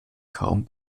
kaum